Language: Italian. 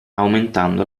aumentando